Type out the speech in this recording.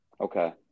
okay